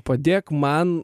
padėk man